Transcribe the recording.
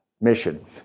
mission